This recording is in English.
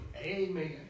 Amen